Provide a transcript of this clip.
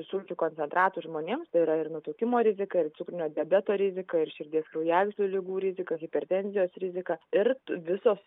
sulčių koncentratų žmonėms tai yra ir nutukimo rizika ir cukrinio diabeto rizika ir širdies kraujagyslių ligų rizika hipertenzijos rizika ir visos